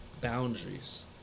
boundaries